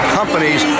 companies